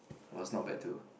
was not bad too